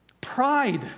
pride